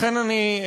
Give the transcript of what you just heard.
לכן אני,